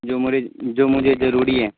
جو مجھے جو مجھے ضروری ہے